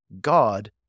God